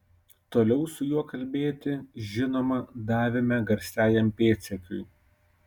toliau su juo kalbėti žinoma davėme garsiajam pėdsekiui